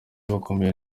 bakomeye